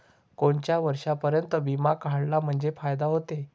कोनच्या वर्षापर्यंत बिमा काढला म्हंजे फायदा व्हते?